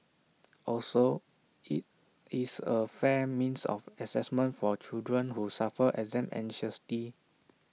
also IT is A fair means of Assessment for children who suffer exam anxiety